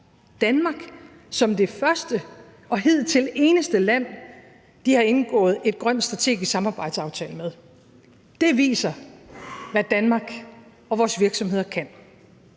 Danmark, som det første og hidtil eneste land, de har indgået en grøn strategisk samarbejdsaftale med. Det viser, hvad Danmark og vores virksomheder kan.